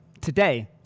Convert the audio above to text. today